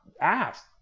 ask